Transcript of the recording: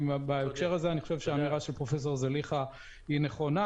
בהקשר הזה אני חושב שהאמירה של פרופסור זליכה היא נכונה.